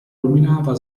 ruminava